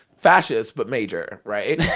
fascist, but major right?